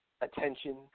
attention